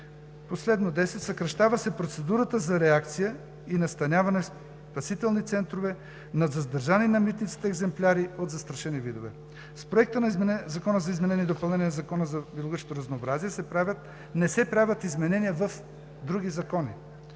видове. 10. Съкращава се процедурата за реакция и настаняване в спасителни центрове на задържани на митниците екземпляри от застрашени видове. С Проекта на Закона за изменение и допълнение на Закона за биологичното разнообразие не се правят изменения в други закони.